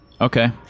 okay